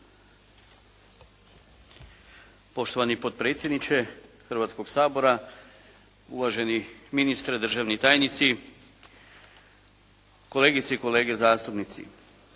Poštovani potpredsjedniče Hrvatskog sabora, uvaženi ministre, državni tajnici, kolegice i kolege zastupnici.